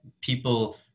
people